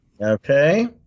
Okay